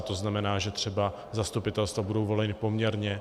To znamená, že třeba zastupitelstva budou volena poměrně.